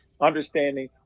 understanding